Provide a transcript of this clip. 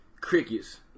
crickets